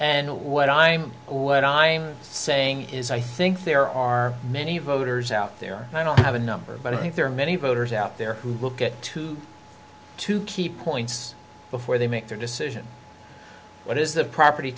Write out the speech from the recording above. and what i'm what i'm saying is i think there are many voters out there and i don't have a number but i think there are many voters out there who look at two to keep points before they make their decision what is the property